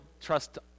trust